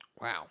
Wow